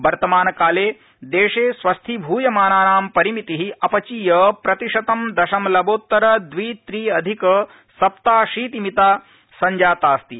वर्तमान काले देशे स्वस्थीभूयमानानां परिमिति अपचीय प्रतिशतं दशमलवोत्तर द्वि त्रि अधिक सप्नाशीति मिता संजातास्ति